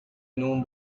نون